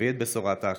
נביא את בשורות האחדות.